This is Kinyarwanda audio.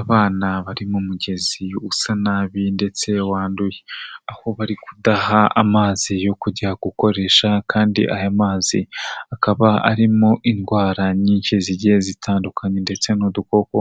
Abana bari mu mugezi usa nabi ndetse wanduye, aho bari kudaha amazi yo kujya gukoresha kandi aya mazi akaba arimo indwara nyinshi zigiye zitandukanye ndetse n'udukoko